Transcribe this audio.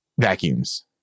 vacuums